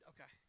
Okay